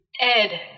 Ed